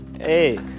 hey